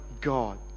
God